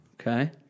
Okay